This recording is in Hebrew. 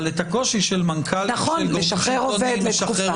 אבל כן את הקושי של מנכ"ל לשחרר עובד.